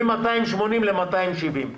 מ-280 ל-270.